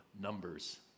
Numbers